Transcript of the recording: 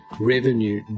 revenue